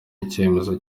icyemezo